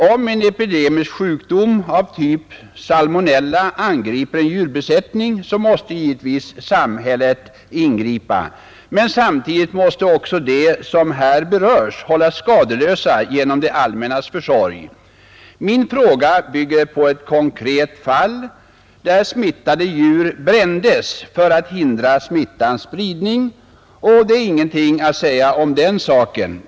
Om en epidemisk sjukdom av typ salmonella angriper en djurbesättning, måste givetvis samhället ingripa. Men samtidigt måste också de som berörs hållas skadeslösa genom det allmännas försorg. Min fråga bygger på ett konkret fall. Smittade djur brändes för att smittans spridning skulle hindras, och det är ingenting att säga om den saken.